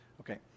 Okay